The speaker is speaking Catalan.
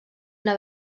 una